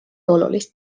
olulist